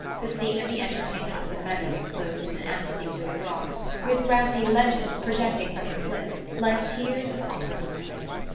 the scene of the entertainment was a meadow enclosed in an amphitheatre of rocks, with grassy ledges projecting from the cliff like tiers of opera-boxes.